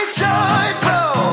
joyful